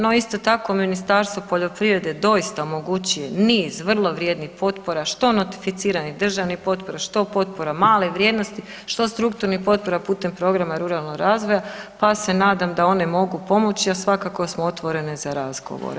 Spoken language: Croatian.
No isto tako Ministarstvo poljoprivredne doista omogućuje niz vrlo vrijednih potpora što notoficiranih državnih potpora, što potpora male vrijednosti, što strukturnih potpora putem programa ruralnog razvoja, pa se nadam da one mogu pomoći, a svakako smo otvorene za razgovore o toj temi.